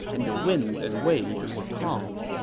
and the winds and waves were calm.